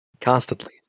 constantly